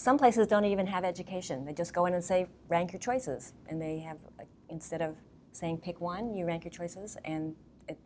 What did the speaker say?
some places don't even have education they just go in and say rank your choices and they have instead of saying pick one you rank your choices and